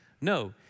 No